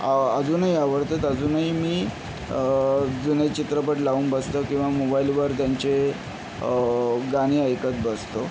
अजूनही आवडतात अजूनही मी जुने चित्रपट लावून बसतो किंवा मोबाईलवर त्यांचे गाणी ऐकत बसतो